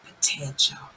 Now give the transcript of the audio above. potential